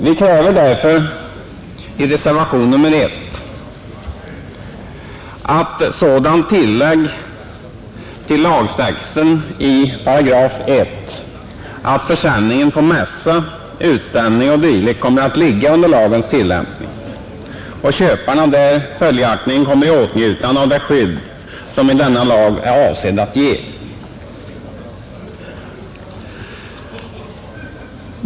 Jag kräver därför i reservationen I ett sådant tillägg till lagtexten i 1 § att försäljning på mässa, utställning o. d. kommer att ligga under lagens tillämpning och köparna där följaktligen kommer i åtnjutande av det skydd som denna lag är avsedd att ge.